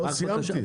סיימתי.